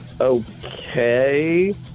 Okay